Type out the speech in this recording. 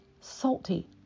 salty